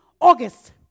August